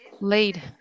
laid